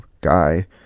guy